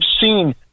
seen